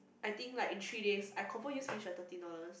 I think like in three days I confirm use finish the thirteen dollars